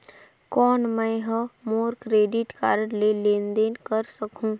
कौन मैं ह मोर क्रेडिट कारड ले लेनदेन कर सकहुं?